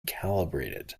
calibrated